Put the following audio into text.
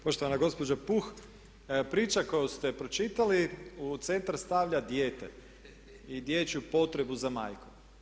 Poštovana gospođo Puh, priča koju ste pročitali u centar stavlja dijete i dječju potrebu za majkom.